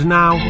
now